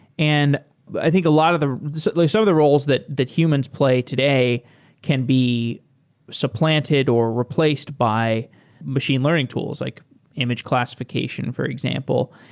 and i think a lot of the some of the roles that that humans play today can be supplanted or replaced by machine learning tools, like image classification, for example.